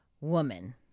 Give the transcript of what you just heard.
woman